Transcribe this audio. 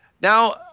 Now